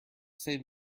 save